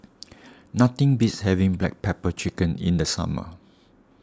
nothing beats having Black Pepper Chicken in the summer